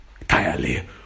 entirely